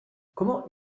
comment